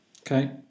Okay